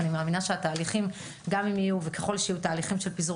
אני מאמינה שגם אם יהיו וככל שיהיו תהליכים של פיזור